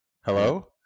Hello